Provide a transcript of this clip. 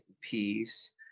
peace